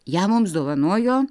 ją mums dovanojo